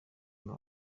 ngo